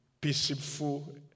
peaceful